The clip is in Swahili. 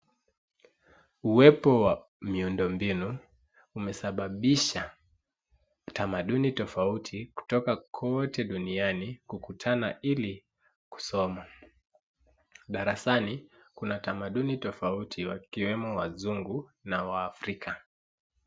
Uwepo wa miundombinu umesababisha tamanduni tofauti kutoka kote duniani kukutana ili kusoma. Darasani kuna tamanduni tofauti wakiwemo wazungu na waafrika.